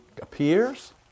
appears